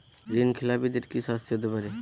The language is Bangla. ঋণ খেলাপিদের কি শাস্তি হতে পারে?